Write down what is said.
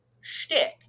shtick